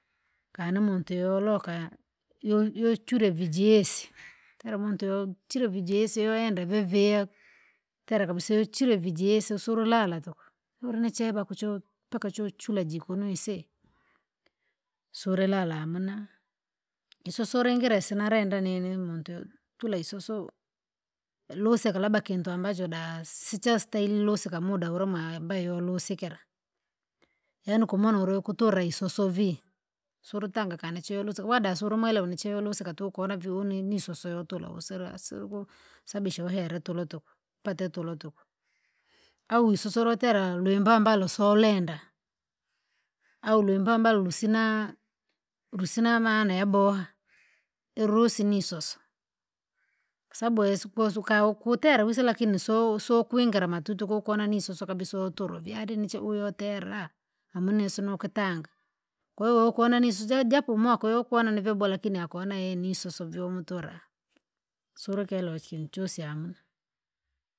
Kana muntu yoroka ya, yu- yuchure vijesi, kira muntu yo- chure vijesi wende vivia, tere kabisa yochure vijesi usululala tuku, churu nicheva vakucho paka chuchura jikuno aisee. Surilala hamuna, isoso lingi le sinarenda nini muntu yo- tula isoso, lusika labda kintu ambacho da- sichastairi lusika muda ulumo ambayoa yolusikara, yaani ukumwana uliukutula isososo vii, surutanga kana chiolusika wadasulumwere unichewe urusika tuku kuona vii unini nisosos yotula usera asirikuu, sabisha uhera tulo tuku, pata itulo tuku. Au isoso lutera lwimbamba rusorenda, au lwimbamba lusinaa! Lusiana amani yabowa, irusi nisoso, kwasabu esukwe usuka ukutera wise lakini so- sokwingira matucho kukona nisoso kabisa utulo vii alinicho uyo tera, hamuna? Isonukutanga. kwahiyo ukona nisu ja- japo mako yokuona ni vyabowa lakini akuna ye nisoso vyo umutura, sureke rokichusya hamuna.